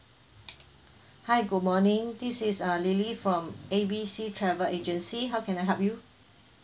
hi good morning this is uh lily from A B C travel agency how can I help you